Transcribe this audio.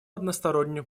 одностороннем